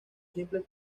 simples